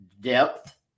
depth